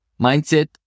mindset